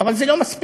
אבל זה לא מספיק.